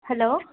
hello